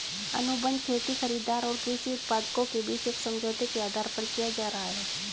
अनुबंध खेती खरीदार और कृषि उत्पादकों के बीच एक समझौते के आधार पर किया जा रहा है